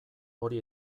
hori